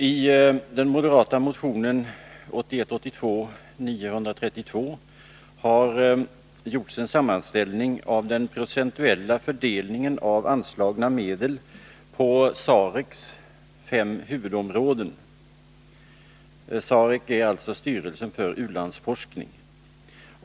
Nr 138 Fru talman! I den moderata motionen 932 har vi gjort en sammanställning | 5 maj 1982 för u-landsforskning— fem huvudområden.